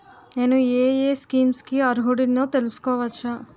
నేను యే యే స్కీమ్స్ కి అర్హుడినో తెలుసుకోవచ్చా?